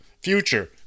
Future